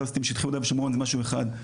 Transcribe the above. לעשות עם שטחי יהודה ושומרון זה משהו אחד,